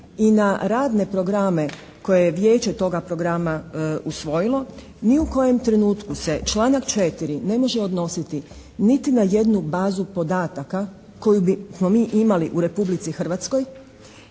i na radne programe koje je vijeće toga programa usvojilo, ni u kojem trenutku se članak 4. ne može odnositi niti na jednu bazu podataka koju bismo mi imali u Republici Hrvatskoj,